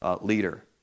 Leader